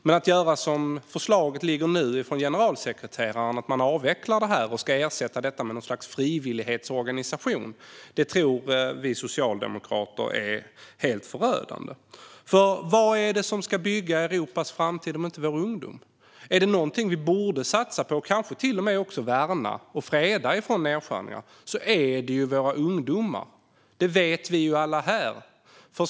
Men att göra som förslaget ser ut nu från generalsekreteraren och avveckla det här och ersätta det med något slags frivillighetsorganisation tror vi socialdemokrater är helt förödande. För vad är det som ska bygga Europas framtid om inte vår ungdom? Är det någonting vi borde satsa på och kanske till och med också värna och freda från nedskärningar är det våra ungdomar. Det vet vi alla här.